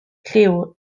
llyw